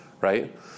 right